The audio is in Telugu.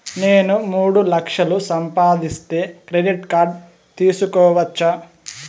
నేను మూడు లక్షలు సంపాదిస్తే క్రెడిట్ కార్డు తీసుకోవచ్చా?